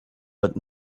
but